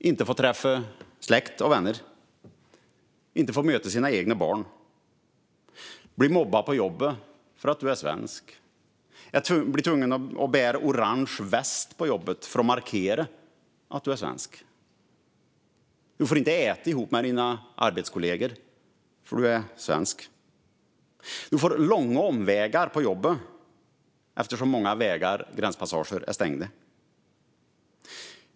Man får inte träffa släkt och vänner. Man får inte möta sina egna barn. Man blir mobbad på jobbet för att man är svensk, tvingas bära orange väst på jobbet för att markera att man är svensk, får inte äta ihop med sina kollegor för att man är svensk. Man får ta långa omvägar till jobbet eftersom många gränspassager är stängda.